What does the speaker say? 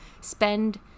spend